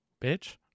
bitch